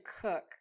cook